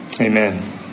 Amen